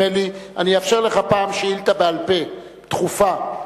אני אאפשר לך שאילתא בעל-פה דחופה.